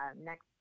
next